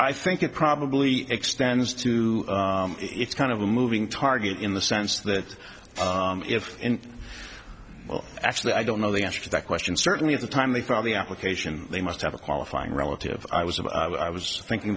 i think it probably extends to it's kind of a moving target in the sense that if well actually i don't know the answer to that question certainly at the time they filed the application they must have a qualifying relative i was about i was thinking